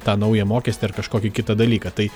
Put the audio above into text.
tą naują mokestį ar kažkokį kitą dalyką tai